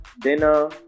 dinner